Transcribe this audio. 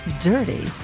dirty